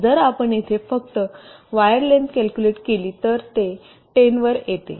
जर आपण येथे फक्त वायर लेन्थ कॅल्कुलेट केली तर ते 10 वर येते